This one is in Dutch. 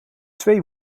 twee